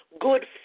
good